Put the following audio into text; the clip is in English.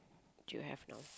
do you have now